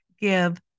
give